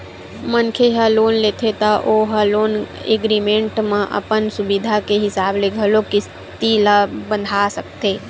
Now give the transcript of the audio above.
मनखे ह लोन लेथे त ओ ह लोन एग्रीमेंट म अपन सुबिधा के हिसाब ले घलोक किस्ती ल बंधा सकथे